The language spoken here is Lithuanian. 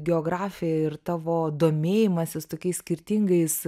geografija ir tavo domėjimasis tokiais skirtingais